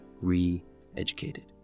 re-educated